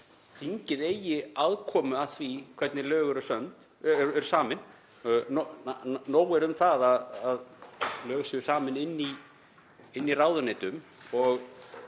þingið eigi aðkomu að því hvernig lög eru samin, nóg er um það að lög séu samin inni í ráðuneytum.